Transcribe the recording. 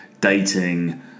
dating